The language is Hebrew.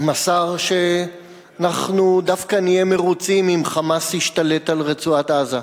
מסר שאנחנו דווקא נהיה מרוצים אם "חמאס" ישתלט על רצועת-עזה.